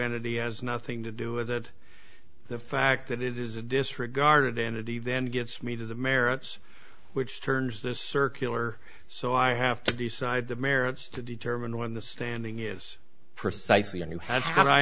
entity has nothing to do with it the fact that it is a disregarded entity then gets me to the merits which turns this circular so i have to decide the merits to determine when the standing is precisely and who has not i